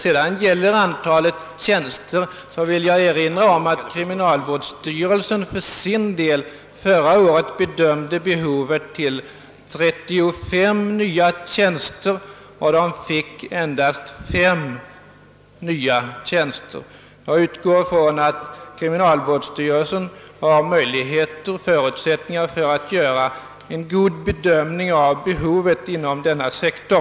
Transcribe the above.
Jag vill också erinra om att kriminalvårdsstyrelsen förra året bedömde behovet av nya tjänster till 35, men att man endast fick fem tjänster. Jag utgår från att kriminalvårdsstyrelsen har förutsättningar att göra en riktig bedömning av behovet inom denna sektor.